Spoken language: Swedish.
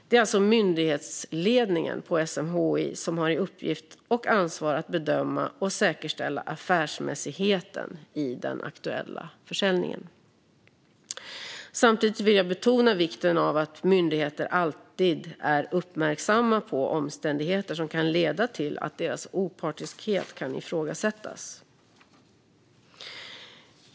Det är alltså myndighetsledningen på SMHI som har i uppgift och ansvar att bedöma och säkerställa affärsmässigheten i den aktuella försäljningen. Samtidigt vill jag betona vikten av att myndigheter alltid är uppmärksamma på omständigheter som kan leda till att deras opartiskhet kan ifrågasättas.